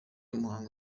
umuhango